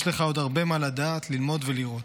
יש לך עוד הרבה מה לדעת, ללמוד ולראות.